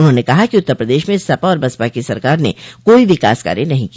उन्होंने कहा कि उत्तर प्रदेश में सपा और बसपा की सरकार ने कोई विकास कार्य नहीं किया